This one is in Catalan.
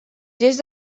gest